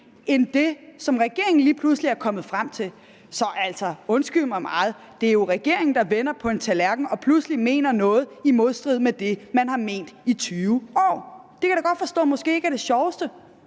end den, som regeringen lige pludselig er kommet frem til. Så undskyld mig meget, det er jo regeringen, der vender på en tallerken og pludselig mener noget, der er i modstrid med det, man har ment i 20 år. Det kan jeg da godt forstå måske ikke er det sjoveste,